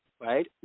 right